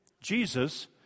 Jesus